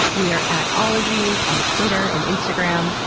we are at ologies on twitter and instagram.